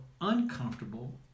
uncomfortable